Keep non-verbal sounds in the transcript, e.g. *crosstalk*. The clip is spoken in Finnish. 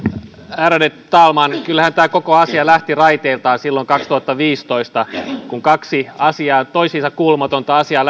ärade talman kyllähän tämä koko asia lähti raiteiltaan silloin kaksituhattaviisitoista kun kaksi toisiinsa kuulumatonta asiaa *unintelligible*